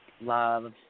love